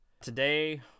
today